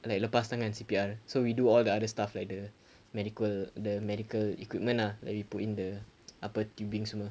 like lepas tangan C_P_R so we do all the other stuff like the medical the medical equipment ah like we put in the apa tubing semua